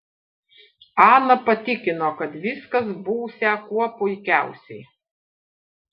ana patikino kad viskas būsią kuo puikiausiai